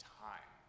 time